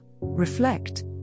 reflect